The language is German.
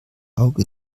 auge